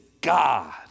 God